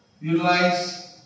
Utilize